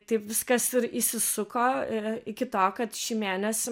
taip viskas įsisuko ir iki to kad šį mėnesį